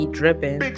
dripping